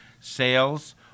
sales